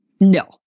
No